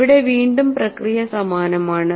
ഇവിടെ വീണ്ടും പ്രക്രിയ സമാനമാണ്